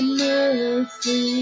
mercy